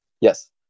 Yes